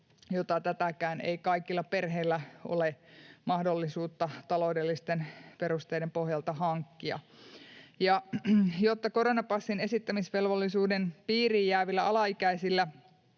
eikä tätäkään kaikilla perheillä ole mahdollisuutta taloudellisten perusteiden pohjalta hankkia. Jotta koronapassin esittämisvelvollisuuden piiriin jäävillä alaikäisillä